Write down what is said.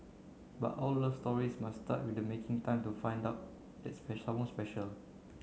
but all love stories must start with making time to find all that special someone special